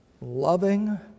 loving